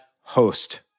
host